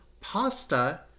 pasta